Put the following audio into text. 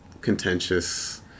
contentious